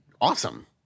awesome